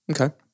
okay